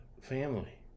family